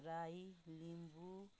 Rai Limbu